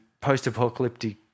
post-apocalyptic